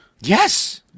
Yes